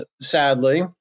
sadly